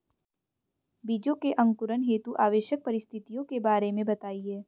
बीजों के अंकुरण हेतु आवश्यक परिस्थितियों के बारे में बताइए